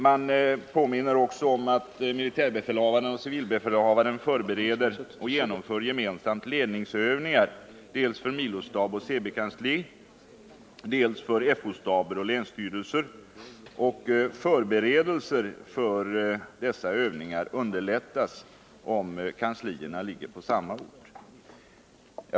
Man påminner också om att militärbefälhavarna och civilbefälhavaren gemensamt förbereder och genomför ledningsövningar dels för milostab och CB-kansli, dels för fo-staber och länsstyrelser. Förberedelserna för dessa övningar underlättas om kanslierna ligger på samma ort.